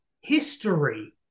history